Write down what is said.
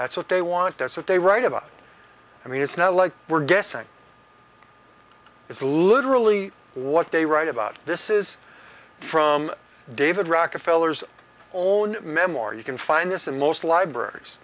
that's what they want that's what they write about and it's not like we're guessing it's literally what they write about this is from david rockefeller's all memoir you can find this in most libraries